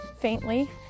faintly